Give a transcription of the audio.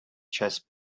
chest